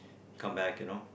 come back you know